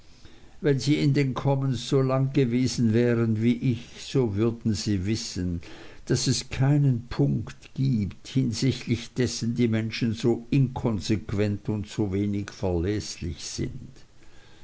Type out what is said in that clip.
wenn sie in den commons so lang gewesen wären wie ich so würden sie wissen daß es keinen punkt gibt hinsichtlich dessen die menschen so inkonsequent und so wenig verlässig sind